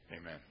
Amen